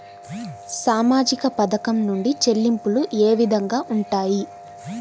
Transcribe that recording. సామాజిక పథకం నుండి చెల్లింపులు ఏ విధంగా ఉంటాయి?